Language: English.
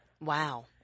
Wow